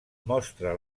mostra